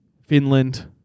Finland